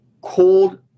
cold